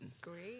Great